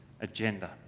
agenda